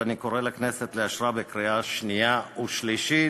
ואני קורא לכנסת לאשרה בקריאה שנייה ושלישית.